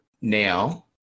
now